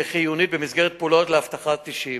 והיא חיונית במסגרת פעולות לאבטחת אישים.